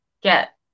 get